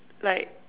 like